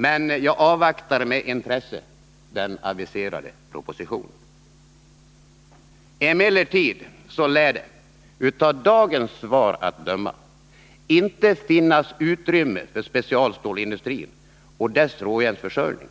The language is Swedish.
Men jag avvaktar med intresse den aviserade propositionen. Emellertid lär det av dagens svar att döma inte finnas utrymme för specialstålsindustrin och dess råjärnsförsörjning